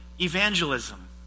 evangelism